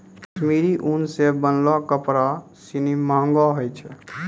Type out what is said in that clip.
कश्मीरी उन सें बनलो कपड़ा सिनी महंगो होय छै